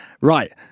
right